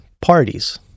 Parties